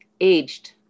aged